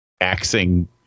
axing